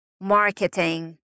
marketing